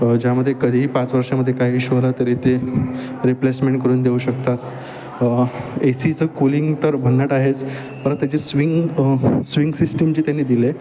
ज्यामधे कधीही पाच वर्षामदे काही इशोला तरी ते रिप्लेसमेंट करून देऊ शकतात एसीचं कूलिंग तर भनट आहेच परत त्याचे स्विंग स्विंग सिस्टिम जे त्यांनी दिले